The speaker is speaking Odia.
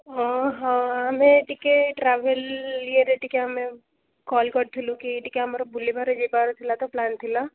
ଓହୋ ଆମେ ଟିକେ ଟ୍ରାଭେଲ ଇଏରେ ଟିକେ ଆମେ କଲ୍ କରିଥିଲୁ କି ଟିକେ ଆମର ବୁଲିବାର ଯିବାର ଥିଲା ତ ପ୍ଲାନ ଥିଲା